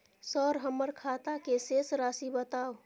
Sir हमर खाता के शेस राशि बताउ?